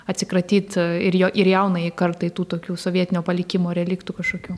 atsikratyt ir jaunajai kartai tų tokių sovietinio palikimo reliktų kažkokių